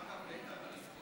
יותר מזה,